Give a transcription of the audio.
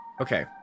Okay